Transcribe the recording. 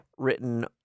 written